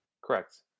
correct